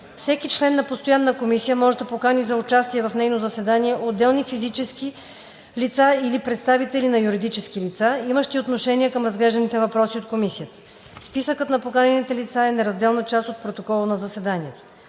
Всеки член на постоянна комисия може да покани за участие в нейно заседание отделни физически лица или представители на юридически лица, имащи отношение към разглежданите въпроси от комисията. Списъкът на поканените лица е неразделна част от протокола на заседанието.